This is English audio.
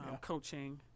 coaching